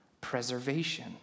Preservation